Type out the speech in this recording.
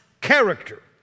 character